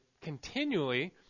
continually